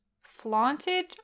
flaunted